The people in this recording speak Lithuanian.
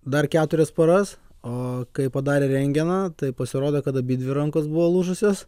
dar keturias paras o kai padarė rentgeną tai pasirodo kad abidvi rankos buvo lūžusios